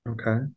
Okay